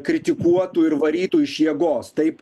kritikuotų ir varytų iš jėgos taip